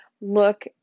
look